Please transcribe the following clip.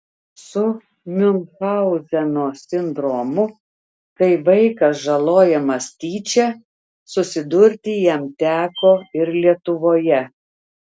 su miunchauzeno sindromu kai vaikas žalojamas tyčia susidurti jam teko ir lietuvoje